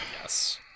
Yes